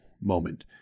moment